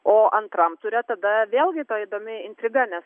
o antram ture tada vėlgi tai įdomi intriga nes